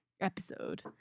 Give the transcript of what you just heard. episode